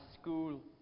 school